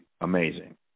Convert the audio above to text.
amazing